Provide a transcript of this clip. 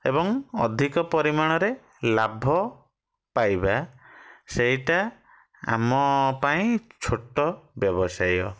ଏବଂ ଅଧିକ ପରିମାଣରେ ଲାଭ ପାଇବା ସେଇଟା ଆମ ପାଇଁ ଛୋଟ ବ୍ୟବସାୟ